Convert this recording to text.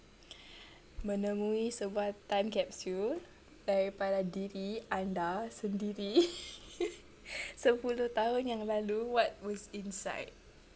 menemui sebuah time capsule daripada diri anda sendiri sepuluh tahun yang lalu what was inside